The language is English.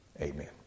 Amen